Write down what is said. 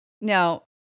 now